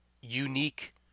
unique